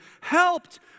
helped